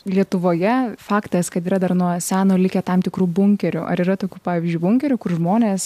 lietuvoje faktas kad yra dar nuo seno likę tam tikrų bunkerių ar yra tokių pavyzdžiui bunkerių kur žmonės